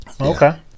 Okay